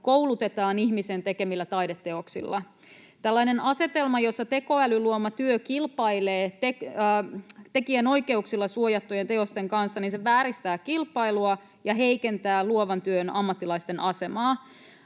koulutetaan ihmisen tekemillä taideteoksilla. Tällainen asetelma, jossa tekoälyn luoma työ kilpailee tekijänoikeuksilla suojattujen teosten kanssa, vääristää kilpailua ja heikentää luovan työn ammattilaisten asemaa.